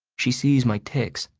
she sees my tics.